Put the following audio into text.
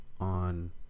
on